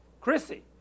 Chrissy